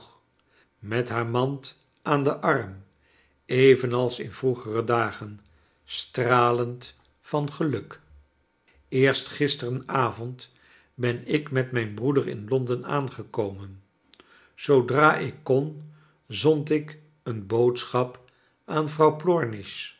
met haar mand aan den arm evenals in vroegere dagen stralend van geluk eerst gisteren avond ben ik met mijn broeder in londen aangekomen zoodra ik kon zond ik een boodschap aan